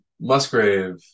Musgrave